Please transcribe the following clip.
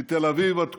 מתל אביב עד תקוע.